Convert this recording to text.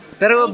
pero